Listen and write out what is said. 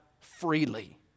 freely